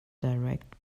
direct